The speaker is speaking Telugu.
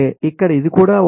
సరే ఇక్కడ ఇది కూడా ఒకటి